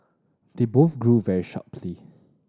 the both grew very sharply